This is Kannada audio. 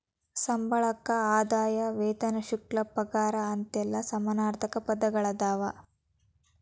ಸಂಬಳಕ್ಕ ಆದಾಯ ವೇತನ ಶುಲ್ಕ ಪಗಾರ ಅಂತೆಲ್ಲಾ ಸಮಾನಾರ್ಥಕ ಪದಗಳದಾವ